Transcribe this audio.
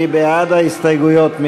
מי בעד ההסתייגויות?